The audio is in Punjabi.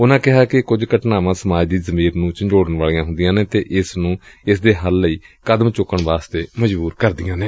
ਉਨੂਾ ਕਿਹਾ ਕਿ ਕੁਝ ਘਟਨਾਵਾਂ ਸਮਾਜ ਦੀ ਜ਼ਮੀਰ ਨੂੰ ਝੰਜੋੜਨ ਵਾਲੀਆਂ ਹੁੰਦੀਆਂ ਨੇ ਅਤੇ ਇਸ ਨੁੰ ਇਸ ਦੇ ਹੱਲ ਲਈ ਕਦਮ ਚੁੱਕਣ ਵਾਸਤੇ ਮਜਬੁਰ ਕਰਦੀਆਂ ਨੇ